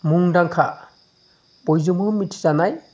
मुंदांखा बयजोंबो मिथिजानाय